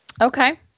okay